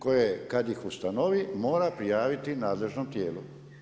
Koje, kad ih ustanovi mora prijaviti nadležnom tijelu.